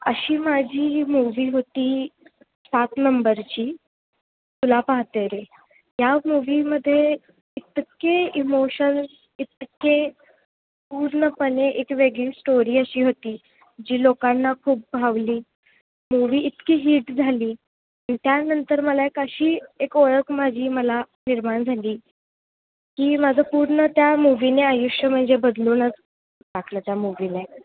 अशी माझी मूव्ही होती सात नंबरची तुला पाहते रे या मूवीमध्ये इतके इमोशन इतके पूर्णपणे एक वेगळी स्टोरी अशी होती जी लोकांना खूप भावली मूवी इतकी हीट झाली त्यानंतर मला एक अशी एक ओळख माझी मला निर्माण झाली की माझं पूर्ण त्या मूवीने आयुष्य म्हणजे बदलूनच टाकलं त्या मूवीने